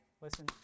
listen